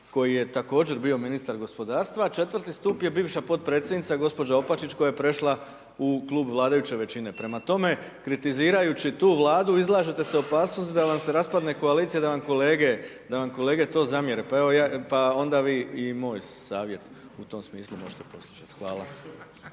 koji je također bio ministar gospodarstva, a 4. stup je bivša potpredsjednica gđa. Opačić, koja je prešla u klub vladajuće većine. Prema tome, kritizirajući tu vladu izlažete se u opasnost da vam se raspadne koalicija, da vam kolege to zamjere. Pa evo, ja, pa onda vi i moj savjet u tom smislu možete postići. Hvala.